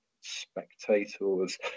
spectators